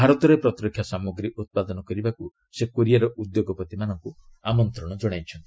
ଭାରତରେ ପ୍ରତିରକ୍ଷା ସାମଗ୍ରୀ ଉତ୍ପାଦନ କରିବାକୁ ସେ କୋରିଆର ଉଦ୍ୟୋଗପତିମାନଙ୍କୁ ଆମନ୍ତ୍ରଣ ଜଣାଇଛନ୍ତି